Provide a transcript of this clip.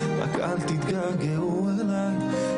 תני לי שנייה רגע להגיד לך משהו אחד.